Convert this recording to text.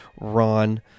Ron